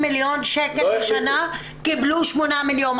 גם כשהחליטו 50 מיליון שקל בשנה קיבלו 8 מיליון,